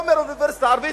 אוניברסיטה ערבית,